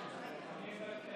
מוותר,